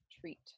treat